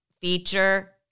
feature